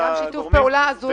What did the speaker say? גם המשרד לשיתוף פעולה אזורי.